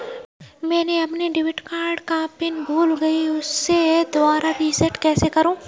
मैंने अपने debit card का पिन भूल गई, उसे दोबारा रीसेट कैसे करूँ?